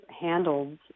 handled